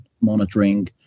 monitoring